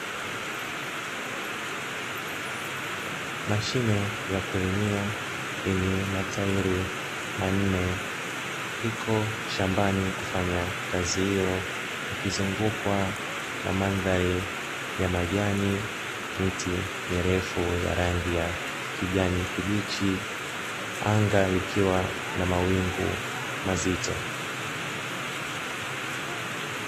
Mashine ya kulimia yenye matairi manne iko shambani kufanya kazi hiyo, ikizungukwa na mandhari ya majani miti mirefu ya rangi ya kijani kibichi anga likiwa na mawingu mazito.